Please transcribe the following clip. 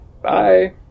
Bye